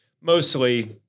mostly